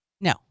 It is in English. No